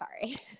sorry